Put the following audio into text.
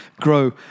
grow